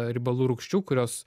riebalų rūgščių kurios